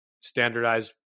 standardize